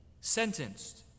sentenced